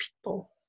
people